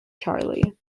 charlie